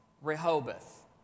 Rehoboth